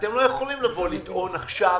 אתם לא יכולים לטעון עכשיו: